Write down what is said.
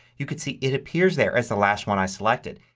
you could see it appears there as the last one i selected.